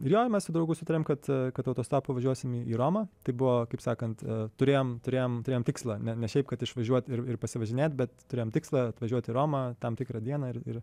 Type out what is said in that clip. jo mes su draugu sutarėm kad kad autostopu važiuosim į romą tai buvo kaipsakant turėjom turėjom turėjom tikslą ne ne šiaip kad išvažiuot ir pasivažinėt bet turėjom tikslą atvažiuot į romą tam tikrą dieną ir ir